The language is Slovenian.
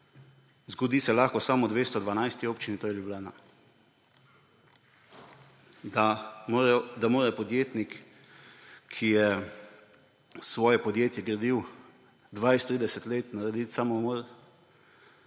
Zgodi se lahko samo v 212. občini, to je Ljubljana, da mora podjetnik, ki je svoje podjetje gradil 20, 30 let, narediti samomor,